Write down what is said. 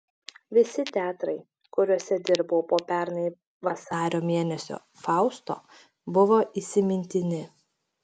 visi teatrai kuriuose dirbau po pernai vasario mėnesio fausto buvo įsimintini